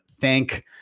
thank